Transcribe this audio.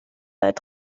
seit